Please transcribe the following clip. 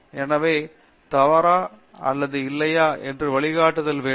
பேராசிரியர் சத்யநாராயணன் என் கும்மாடி எனவே தவறா அல்லது இல்லையா என்ற வழிகாட்டுதல் வேண்டும்